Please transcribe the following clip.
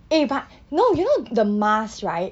eh but no you know the mask right